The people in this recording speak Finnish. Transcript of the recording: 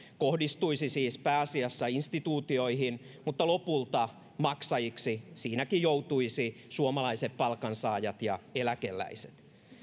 kohdistuisi siis pääasiassa instituutioihin mutta lopulta maksajiksi siinäkin joutuisivat suomalaiset palkansaajat ja eläkeläiset